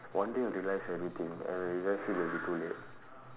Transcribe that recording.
one day you'll realise everything and when you realise it will be too late